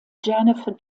jennifer